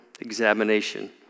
examination